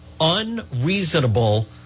unreasonable